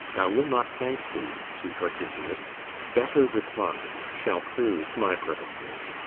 i will not thank thee, sweet ortygius better replies shall prove my purposes